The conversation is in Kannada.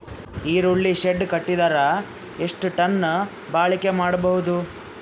ಈರುಳ್ಳಿ ಶೆಡ್ ಕಟ್ಟಿದರ ಎಷ್ಟು ಟನ್ ಬಾಳಿಕೆ ಮಾಡಬಹುದು?